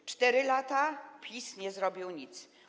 W 4 lata PiS nie zrobił nic.